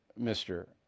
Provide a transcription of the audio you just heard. Mr